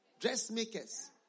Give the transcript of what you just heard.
dressmakers